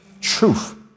truth